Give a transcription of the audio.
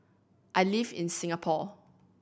I live in Singapore